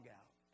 out